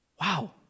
Wow